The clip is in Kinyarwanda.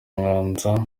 mwanza